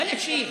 (אומר בערבית: